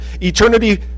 eternity